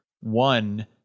one